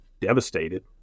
devastated